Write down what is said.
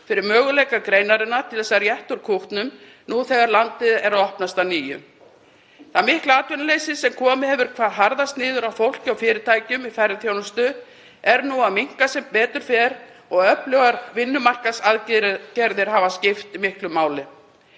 fyrir möguleika greinarinnar til þess að rétta úr kútnum, nú þegar landið er að opnast að nýju. Það mikla atvinnuleysi sem komið hefur hvað harðast niður á fólki og fyrirtækjum í ferðaþjónustu er nú að minnka sem betur fer og öflugar vinnumarkaðsaðgerðir hafa skipt miklu máli.